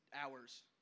hours